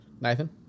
Nathan